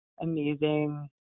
amazing